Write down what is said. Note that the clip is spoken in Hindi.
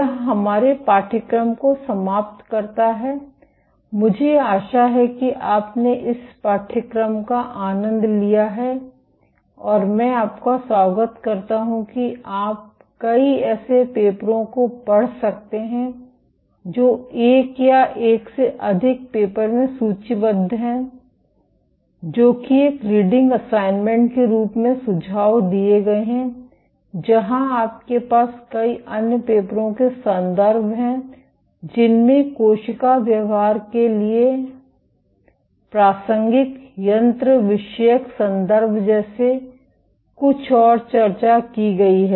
यह हमारे पाठ्यक्रम को समाप्त करता है मुझे आशा है कि आपने इस पाठ्यक्रम का आनंद लिया है और मैं आपका स्वागत करता हूं कि आप कई ऐसे पेपरों को पढ़ सकते हैं जो एक या एक से अधिक पेपर में सूचीबद्ध हैं जो कि एक रीडिंग असाइनमेंट के रूप में सुझाव दिए गए हैं जहां आपके पास कई अन्य पेपरों के संदर्भ हैं जिनमें कोशिका व्यवहार के लिए प्रासंगिक यंत्रविषयक संदर्भ जैसी कुछ और चर्चा की गई है